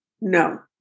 no